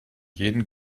jeden